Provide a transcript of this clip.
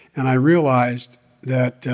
and i realized that